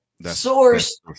Source